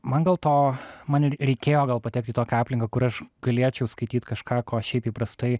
man dėl to man ir reikėjo gal patekt į tokią aplinką kur aš galėčiau skaityt kažką ko šiaip įprastai